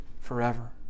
forever